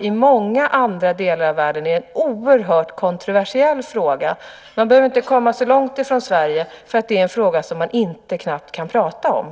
I många andra delar av världen är det en oerhört kontroversiell fråga. Man behöver inte komma så långt ifrån Sverige för att det är en fråga som man knappt inte kan tala om.